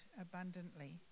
abundantly